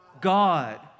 God